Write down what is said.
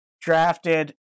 Drafted